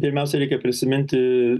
pirmiausia reikia prisiminti